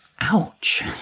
Ouch